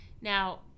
Now